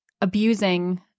abusing